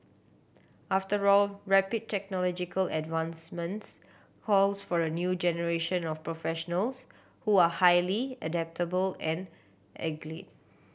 after all rapid technological advancements calls for a new generation of professionals who are highly adaptable and